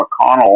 McConnell